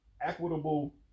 equitable